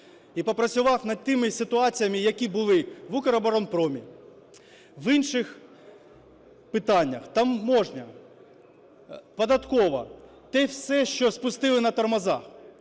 і попрацював над тими ситуаціями, які були в "Укроборонпромі", в інших питаннях, таможня, податкова – те все, що спустили на тормоза,